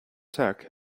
tech